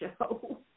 show